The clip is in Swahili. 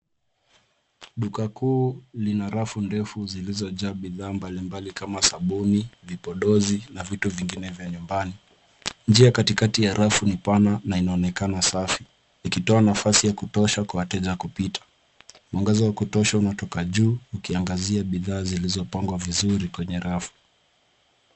Duka kuu lina rafu ndefu zilizojaa bidhaa mbalimbali kama sabuni, vipodozi na vitu vyengine vya nyumbani. Njia katikati ya rafu ni pana na inaonekana safi ikitoa nafasi ya kutosha kwa wateja kupita. Mwangaza wa kutosha unatoka juu ukiangazia bidhaa zilizopangwa vizuri kwenye rafu.